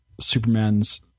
Superman's